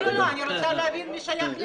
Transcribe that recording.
לא, אני רוצה להבין מי שייך למי.